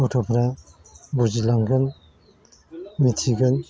गथ'फ्रा बुजिलांगोन मिथिगोन